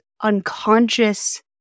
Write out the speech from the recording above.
unconscious